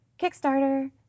Kickstarter